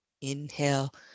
Inhale